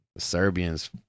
Serbian's